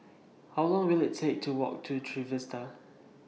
How Long Will IT Take to Walk to Trevista